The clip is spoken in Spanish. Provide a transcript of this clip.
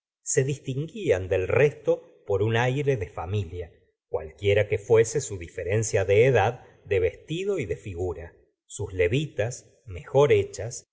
se distinguían del resto por un aire de familia cualquiera que fuese su diferencia de edad de vestido y de figura sus levitas mejor hechas